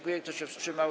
Kto się wstrzymał?